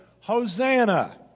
Hosanna